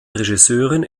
regisseurin